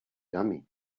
yummy